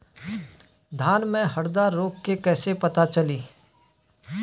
धान में हरदा रोग के कैसे पता चली?